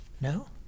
No